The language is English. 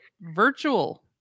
virtual